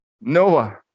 Noah